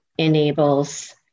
enables